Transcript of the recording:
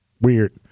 Weird